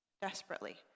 desperately